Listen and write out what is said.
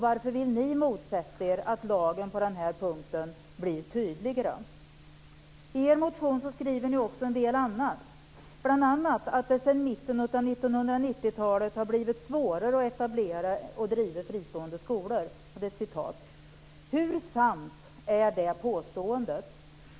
Varför vill ni motsätta er att lagen på den här punkten blir tydligare? I er motion skriver ni också en del annat, bl.a. att det sedan mitten av 1990-talet har blivit svårare att etablera och driva fristående skolor. Hur sant är det påståendet?